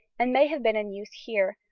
and may have been in use here,